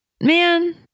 man